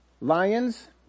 lions